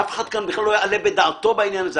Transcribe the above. שאף אחד כאן בכלל לא יעלה בדעתו בעניין הזה.